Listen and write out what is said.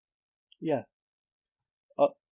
ya uh